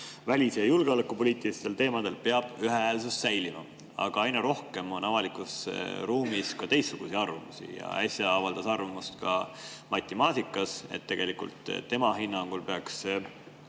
välis- ja julgeolekupoliitilistel teemadel peab ühehäälsus säilima. Aga aina rohkem on avalikus ruumis ka teistsuguseid arvamusi. Äsja avaldas arvamust ka Mati Maasikas, kes ütles, et tegelikult tema hinnangul peaks